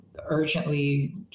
urgently